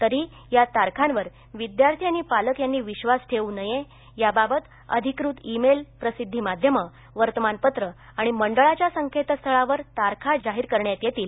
तरी या तारखांवर विद्यार्थी आणि पालक यांनी विश्वास ठेऊ नये याबाबत अधिकृत ई मेल प्रसिद्धीमाध्यमं वर्तमानपत्रं आणि मंडळाच्या संकेतस्थळावर तारखा जाहीर करण्यात येतील